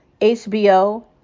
HBO